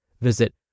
Visit